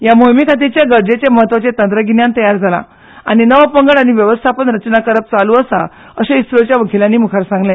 ह्या मोहिमेखातीरचे गरजेचे म्हत्वाचे तंत्रगिन्यान तयार जाला आनी नवो पंगड आनी व्यवस्थापन रचना करप चालु आसा अशेय इस्रोच्या मुखेल्यानी मुखार सांगले